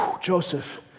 Joseph